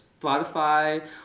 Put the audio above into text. Spotify